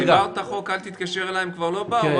העברת חוק אל תתקשר אליי, הם כבר לא באו?